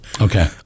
Okay